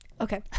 Okay